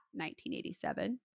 1987